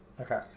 Okay